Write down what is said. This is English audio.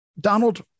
Donald